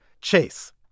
Chase